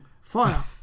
Fire